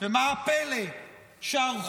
ומה הפלא שהרחובות